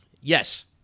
Yes